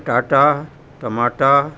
पटाटा टमाटा